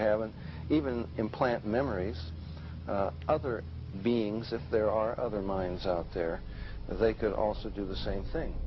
haven't even implant memories of other beings if there are other minds out there they could also do the same thing